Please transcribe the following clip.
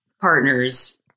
partners